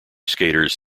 skaters